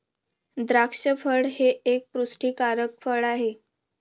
द्राक्ष फळ हे एक पुष्टीकारक फळ आहे